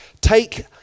Take